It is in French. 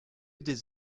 des